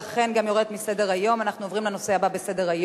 אנחנו עוברים לתוצאות: בעד,